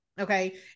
Okay